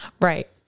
right